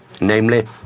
namely